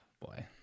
Boy